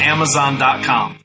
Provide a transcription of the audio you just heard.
Amazon.com